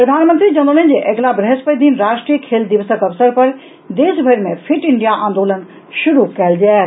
प्रधानमंत्री जनौलनि जे अगिला बृहस्पति दिन राष्ट्रीय खेल दिवसक अवसर पर देशभरि मे फिट इंडिया आंदोलन शुरू कयल जायत